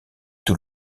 tout